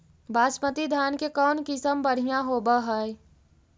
बासमती धान के कौन किसम बँढ़िया होब है?